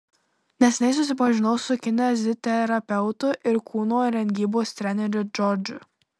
neseniai susipažinau su kineziterapeutu ir kūno rengybos treneriu džordžu